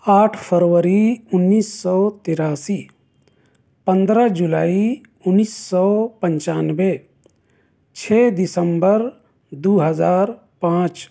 آٹھ فروری انیس سو تراسی پندرہ جولائی انیس سو پنچانوے چھ دسمبر دو ہزار پانچ